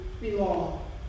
belong